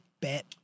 bet